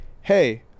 hey